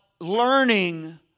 learning